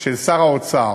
של שר האוצר,